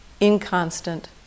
inconstant